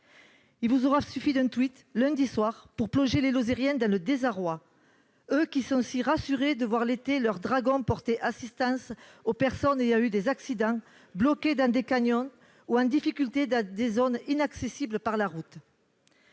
Il vous aura suffi d'un, lundi soir, pour plonger les Lozériens dans le désarroi, eux qui sont si rassurés de voir l'été leur porter assistance aux personnes ayant eu des accidents, bloquées dans des canyons ou en difficulté dans des zones inaccessibles par la route.